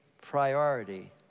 priority